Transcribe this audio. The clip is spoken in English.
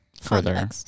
further